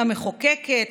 המחוקקת,